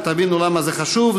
ותבינו למה זה חשוב,